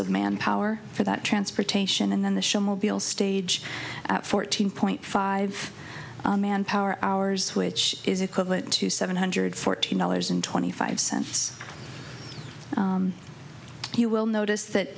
of manpower for that transportation and then the show will be a stage at fourteen point five manpower hours which is equivalent to seven hundred fourteen dollars and twenty five cents you will notice that